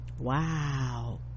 Wow